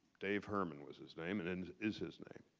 dave herman was his name, and and is his name.